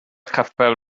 capel